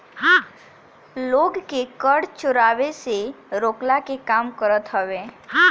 लोग के कर चोरावे से रोकला के काम करत हवे